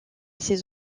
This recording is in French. ses